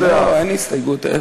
לא, אין הסתייגות.